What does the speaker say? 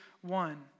one